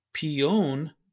Pion